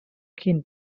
quin